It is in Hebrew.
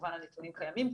כמובן שהנתונים קיימים,